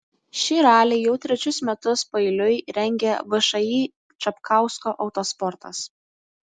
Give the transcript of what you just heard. šį ralį jau trečius metus paeiliui rengia všį čapkausko autosportas